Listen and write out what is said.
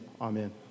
amen